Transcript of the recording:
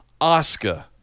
Oscar